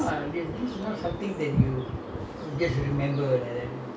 எங்க இடம் எல்லா நல்லா இருந்தது அப்பேலா நா:engga idam ellaa nallaa irunthathu appellaa naa school கு போனது:ku ponathu